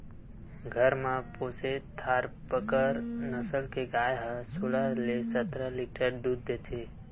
घर म पोसे थारपकर नसल के गाय ह सोलह ले सतरा लीटर दूद देथे